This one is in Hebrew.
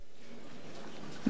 ברשות יושב-ראש הכנסת,